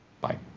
Bye